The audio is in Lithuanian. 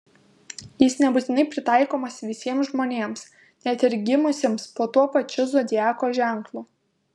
jis nebūtinai pritaikomas visiems žmonėms net ir gimusiems po tuo pačiu zodiako ženklu